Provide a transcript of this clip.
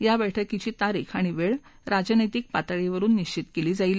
या बैठकीची तारीख आणि वेळ राजनैतिक पातळीवरुन निश्चित केली जाईल